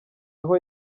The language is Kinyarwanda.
aho